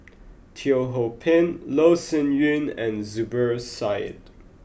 Teo Ho Pin Loh Sin Yun and Zubir Said